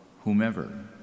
whomever